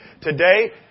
Today